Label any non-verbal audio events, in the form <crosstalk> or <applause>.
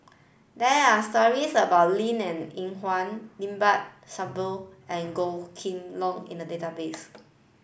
there are stories about Linn <unintelligible> In Hua Limat Sabtu and Goh Kheng Long in the database